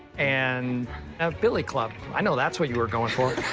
and a billy club. i know that's what you were going for. oh.